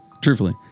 truthfully